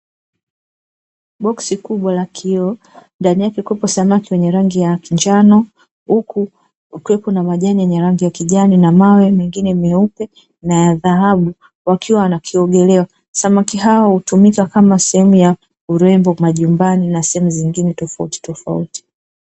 Boksi kubwa la kioo, ndani yake kukiwepo samaki wenye rangi ya njano, huku kukiwepo na majani yenye rangi ya kijani na mawe mengine meupe na ya dhahabu; wakiwa wanaogelea. Samaki hao hutumika kama sehemu ya urembo majumbani na sehemu zingine tofautitofauti.